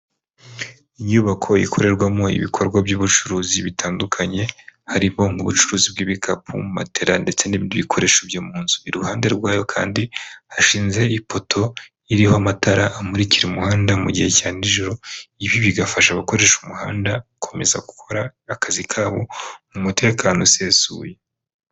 Inyubako ikorerwamo ibikorwa by'ubucuruzi bitandukanye, harimo nk'ubucuruzi bw'ibikapu, matera ndetse n'ibindi bikoresho byo mu nzu, iruhande rwayo kandi hashinze ipoto iriho amatara amurikira umuhanda mu gihe cya nijoro, ibi bigafasha abakoresha umuhanda, gukomeza gukora akazi kabo mu mutekano usesuye.